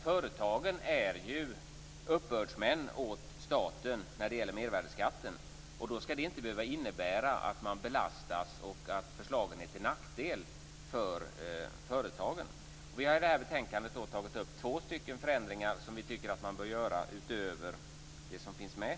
Företagen är ju uppbördsmän åt staten när det gäller mervärdesskatten. Det skall inte behöva innebära att man belastas och att förslagen är till nackdel för företagen. I det här betänkandet har vi tagit upp två förändringar som vi tycker att man bör göra utöver det som finns med.